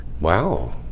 Wow